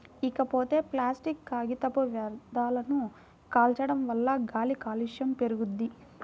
ఇకపోతే ప్లాసిట్ కాగితపు వ్యర్థాలను కాల్చడం వల్ల గాలి కాలుష్యం పెరుగుద్ది